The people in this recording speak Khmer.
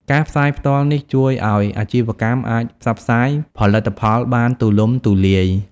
ការ ផ្សាយផ្ទាល់ នេះជួយឱ្យអាជីវកម្មអាចផ្សព្វផ្សាយផលិតផលបានទូលំទូលាយ។